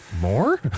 More